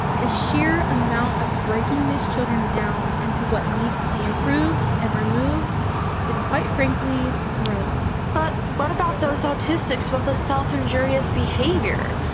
the sheer amount of breaking these children down into what needs to be improved and removed is quite frankly gross. but what about those autistics with the self injurious behavior?